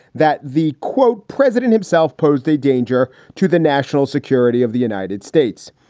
that the, quote, president himself posed a danger to the national security of the united states.